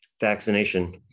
vaccination